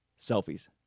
Selfies